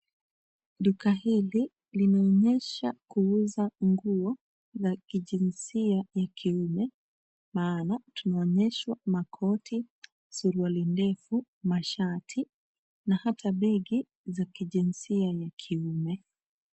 Duka hili linaonyesha kuuza nguo la kijinsia ya kiume maana tunaonyeshwa makoti, suruali ndefu, mashati na hata begi za kijinsia ya kiume.